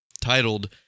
titled